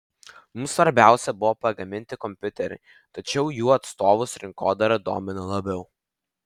mums svarbiausia buvo pagaminti kompiuterį tačiau jų atstovus rinkodara domina labiau